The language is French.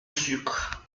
sucre